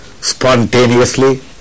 Spontaneously